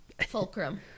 fulcrum